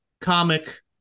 comic